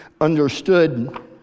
understood